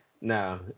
No